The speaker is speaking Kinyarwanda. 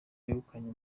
wegukanye